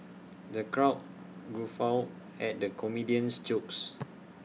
the crowd guffawed at the comedian's jokes